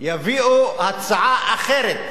יביאו הצעה אחרת